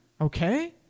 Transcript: okay